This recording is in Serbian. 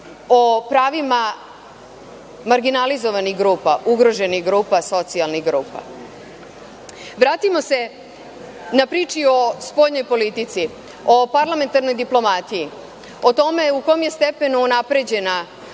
o pravima marginalizovanih grupa, ugroženih grupa, socijalnih grupa. Vratimo se na priču o spoljnoj politici, o parlamentarnoj diplomatiji, o tome u kom je stepenu unapređena